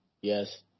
Yes